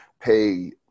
pay